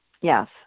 Yes